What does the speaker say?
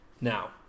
now